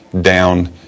down